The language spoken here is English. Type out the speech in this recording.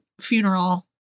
funeral